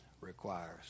requires